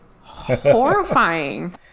horrifying